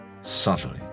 subtly